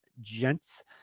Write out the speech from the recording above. gents